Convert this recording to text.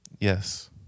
Yes